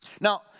Now